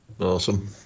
awesome